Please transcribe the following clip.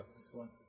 Excellent